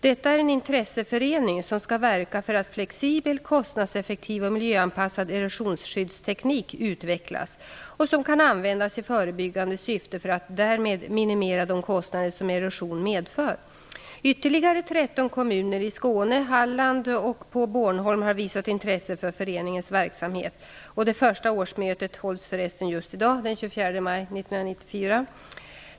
Detta är en intresseförening som skall verka för att flexibel, kostnadseffektiv och miljöanpassad erosionsskyddsteknik utvecklas och som kan användas i förebyggande syfte för att därmed minimera de kostnader som erosion medför. Bornholm har visat intresse för föreningens verksamhet. Det första årsmötet hålls förresten just i dag, den 24 maj 1994.